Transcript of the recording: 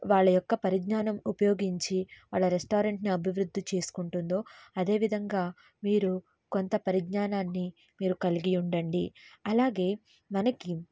వాళ్ళ యొక్క పరిజ్ఞానం ఉపయోగించి వాళ్ళ రెస్టారెంట్ని అభివృద్ధి చేసుకుంటుందో అదే విధంగా వీరు కొంత పరిజ్ఞానాన్ని మీరు కలిగి ఉండండి అలాగే మనకి